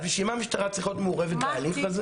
אז בשביל מה המשטרה צריכה להיות מעורבת בהליך הזה?